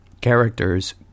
characters